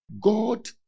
God